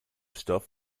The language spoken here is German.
stoff